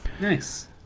Nice